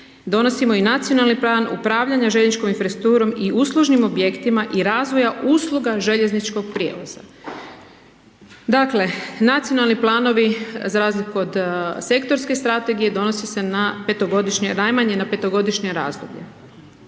donosimo i Nacionalni plan upravljanja željezničkom infrastrukturom i uslužnim objektima i razvoja usluga željezničkog prijevoza. Dakle, nacionalni planovi, za razliku od sektorske strategije, donose se na najmanje na 5-godišnje razdoblje.